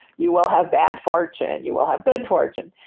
you will have bad fortune. you will have good fortune.